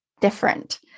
different